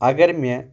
اَگر مےٚ